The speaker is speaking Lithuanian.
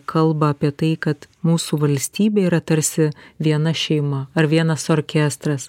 kalba apie tai kad mūsų valstybė yra tarsi viena šeima ar vienas orkestras